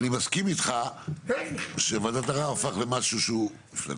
אני מסכים איתך שוועדת ערר הפך להיות משהו מפלצתי,